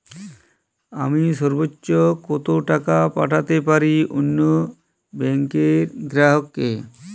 আমি সর্বোচ্চ কতো টাকা পাঠাতে পারি অন্য ব্যাংকের গ্রাহক কে?